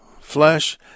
flesh